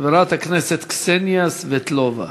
חברת הכנסת קסניה סבטלובה.